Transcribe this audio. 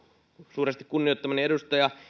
suuresti kunnioittamani edustaja